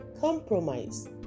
compromise